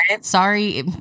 Sorry